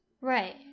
Right